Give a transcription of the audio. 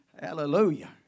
Hallelujah